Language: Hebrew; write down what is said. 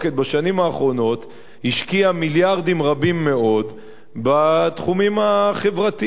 בשנים האחרונות השקיעה מיליארדים רבים מאוד בתחומים החברתיים.